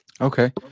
Okay